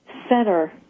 center